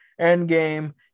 endgame